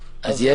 אז זה בסדר.